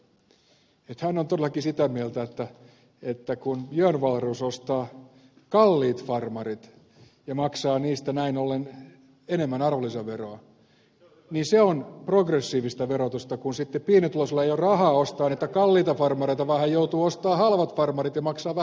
katajan puheenvuoro että hän on todellakin sitä mieltä että kun björn wahlroos ostaa kalliit farmarit ja maksaa niistä näin ollen enemmän arvonlisäveroa niin se on progressiivista verotusta kun sitten pienituloisilla ei ole rahaa ostaa niitä kalliita farmareita vaan hän joutuu ostamaan halvat farmarit ja maksaa vähän vähemmän veroa